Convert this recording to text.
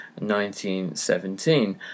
1917